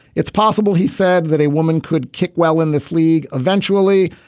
it's possible he said that a woman could kick well in this league eventually.